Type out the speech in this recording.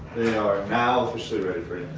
are now officially ready for you.